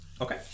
Okay